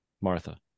Martha